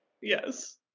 Yes